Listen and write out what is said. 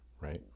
right